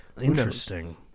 Interesting